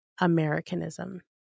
Americanism